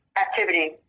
activity